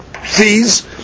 fees